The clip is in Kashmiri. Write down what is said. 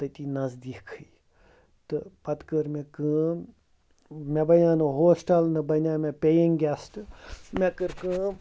تٔتی نزدیکھٕے تہٕ پَتہٕ کٔر مےٚ کٲم مےٚ بَنیو نہٕ ہوسٹَل نہ بنیو مےٚ پییِنگ گٮ۪سٹ مےٚ کٔر کٲم